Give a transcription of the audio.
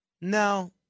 No